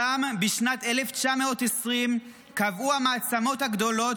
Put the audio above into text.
שם בשנת 1920 קבעו המעצמות הגדולות